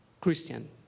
Christian